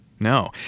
No